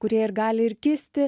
kurie ir gali ir kisti